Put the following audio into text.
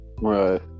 Right